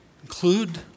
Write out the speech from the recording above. Include